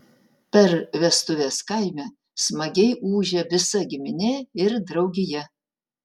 per vestuves kaime smagiai ūžia visa giminė ir draugija